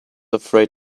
afraid